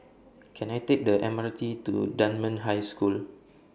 Can I Take The M R T to Dunman High School